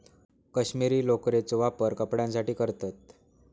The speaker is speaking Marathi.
कश्मीरी लोकरेचो वापर कपड्यांसाठी करतत